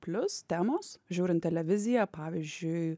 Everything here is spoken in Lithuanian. plius temos žiūrint televiziją pavyzdžiui